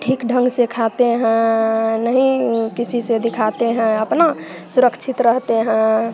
ठीक ढंग से खाते हैं नहीं किसी से दिखाते हैं अपना सुरक्षित रहते हैं